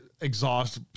exhaust